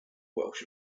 welsh